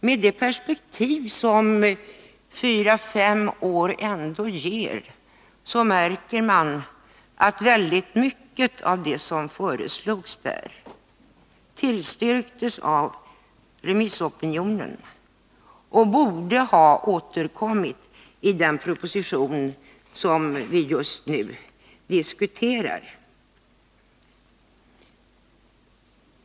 Med det perspektiv som fyra fem år ändå ger märker man att mycket av det som föreslogs tillstyrktes av remissopinionen och borde därför ha återkommit i den proposition som vi just nu diskuterar.